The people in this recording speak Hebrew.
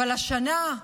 אבל השנה,